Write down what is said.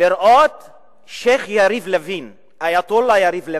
לראות את שיח' יריב לוין, אייטולה יריב לוין,